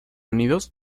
unidos